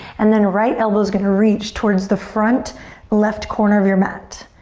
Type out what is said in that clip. and then right elbow's gonna reach towards the front left corner of your mat.